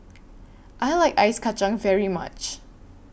I like Ice Kacang very much